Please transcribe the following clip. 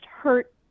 hurt